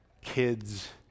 kids